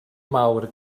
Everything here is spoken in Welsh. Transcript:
mawr